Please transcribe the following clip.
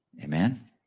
Amen